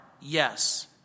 Yes